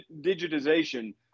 digitization